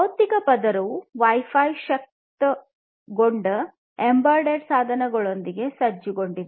ಭೌತಿಕ ಪದರವು wifi ಶಕ್ತಗೊಂಡ ಎಂಬೆಡೆಡ್ ಸಾಧನಗಳೊಂದಿಗೆ ಸಜ್ಜುಗೊಂಡಿದೆ